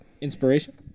Inspiration